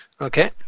Okay